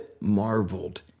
marveled